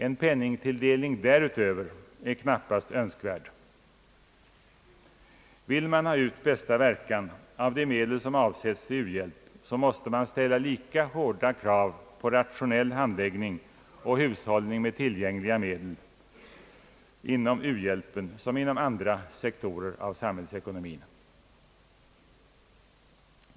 En penningtilldelning därutöver är knappast önskvärd. Vill man få ut bästa verkan av de medel som avsätts till uhjälp, måste man ställa lika hårda krav på rationell handläggning och hushållning med tillgängliga medel inom uhjälpen som inom andra sektorer av samhällsekonomin.